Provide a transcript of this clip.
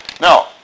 Now